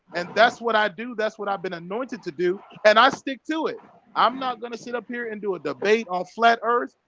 and that's what i do. that's what i've been anointed to do and i stick to it i'm not gonna sit up here into a debate on flat earth.